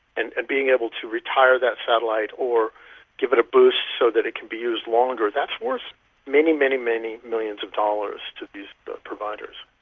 and and being able to retire that satellite or give it a boost so that it could be used longer, that's worth many, many many millions of dollars to these providers.